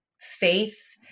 faith